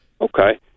Okay